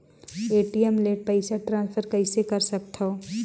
ATM ले पईसा transfer कइसे कर सकथव?